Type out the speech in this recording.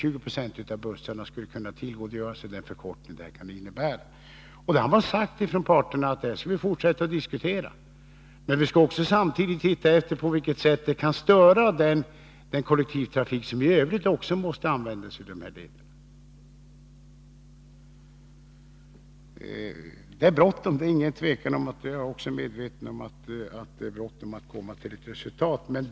20 96 av bussarna skulle kunna tillgodogöra sig denna tidsvinst. Från parterna har sagts att man skall fortsätta att diskutera detta och samtidigt se på vilket sätt det kan störa den kollektivtrafik som i övrigt också måste använda den här leden. Det är ingen tvekan om att det är bråttom med att komma till ett resultat.